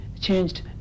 changed